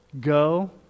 Go